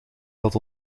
dat